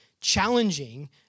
challenging